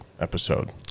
episode